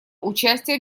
участие